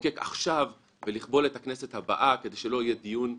עכשיו ולכבול את הכנסת הבאה כדי שלא יהיה דיון רציני.